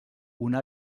una